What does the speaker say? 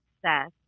success